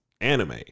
anime